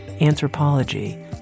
anthropology